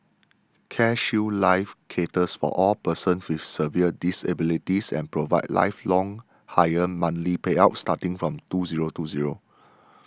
CareShield Life caters for all persons with severe disabilities and provides lifelong higher monthly payouts starting from two zero two zero